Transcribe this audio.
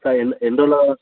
sir ఎన్ ఎన్ని రోజుల